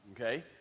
okay